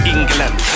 England